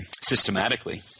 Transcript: systematically